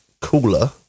cooler